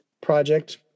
project